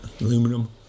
Aluminum